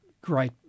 great